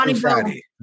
Friday